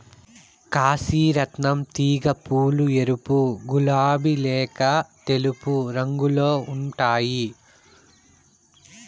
కాశీ రత్నం తీగ పూలు ఎరుపు, గులాబి లేక తెలుపు రంగులో ఉంటాయి